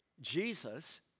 Jesus